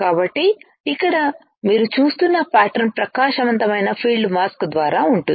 కాబట్టి ఇక్కడ మీరు చూస్తున్న ప్యాటర్న్ ప్రకాశవంతమైన ఫీల్డ్ మాస్క్ ద్వారా ఉంటుంది